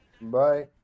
Bye